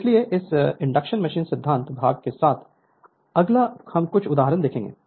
इसलिए इस induction machine सिद्धांत भाग के साथ अगला हम कुछ उदाहरण देखेंगे